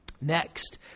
Next